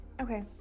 Okay